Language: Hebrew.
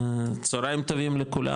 צוהריים טובים לכולם,